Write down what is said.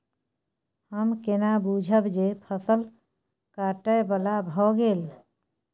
हम केना बुझब जे फसल काटय बला भ गेल?